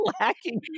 lacking